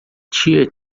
tia